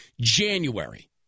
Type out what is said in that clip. January